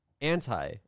Anti